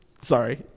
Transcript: Sorry